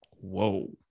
Whoa